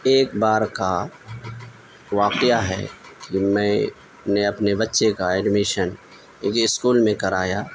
ایک بار کا واقعہ ہے کہ میں نے اپنے بچے کا ایڈمیشن ایک اسکول میں کرایا